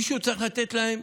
שמישהו צריך לתת להם